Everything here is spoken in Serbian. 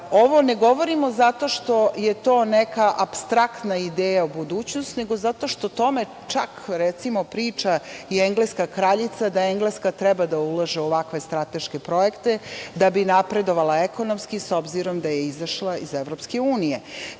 ovo ne govorimo zato što je to neka apstraktna ideja u budućnosti, nego zato što o tome priča i engleska kraljica, da Engleska treba da ulaže u ovakve strateške projekte da bi napredovala ekonomski, s obzirom da je izašla iz EU.Ako